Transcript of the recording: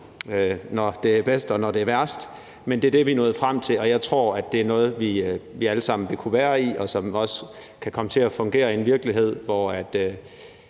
når det er værst, men det er det, vi er nået frem til. Og jeg tror, at det er noget, vi alle sammen vil kunne være i, og som også kan komme til at fungere i en virkelighed, hvor